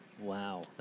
Wow